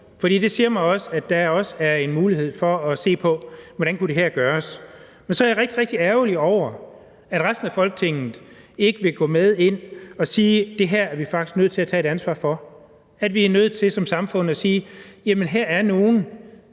for det siger mig også, at der er en mulighed for at se på, hvordan det her kunne gøres. Men så er jeg rigtig, rigtig ærgerlig over, at resten af Folketinget ikke vil være med til og sige: Det her er vi faktisk nødt til at tage et ansvar for. Vi er nødt til som samfund at sige, at her er der